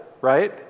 right